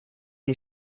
you